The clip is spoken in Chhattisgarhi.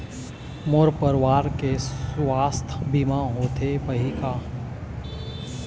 मोर परवार के सुवास्थ बीमा होथे पाही का?